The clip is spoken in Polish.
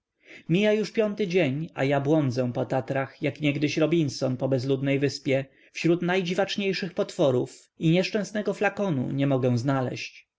mija już piąty dzień a ja błądzę w tatrach jak niegdyś robinson po bezludnej wyspie wśród najdziwaczniejszych potworów i nieszczęsnego flakonu nie mogę znaleźć